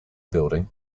building